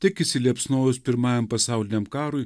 tik įsiliepsnojus pirmajam pasauliniam karui